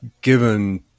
given